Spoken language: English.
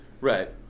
right